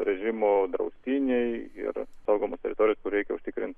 režimo draustiniai ir saugomos teritorijos kur reikia užtikrinti